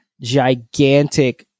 gigantic